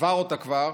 עבר אותו כבר,